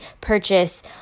purchase